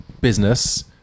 business